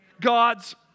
God's